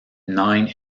nine